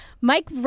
mike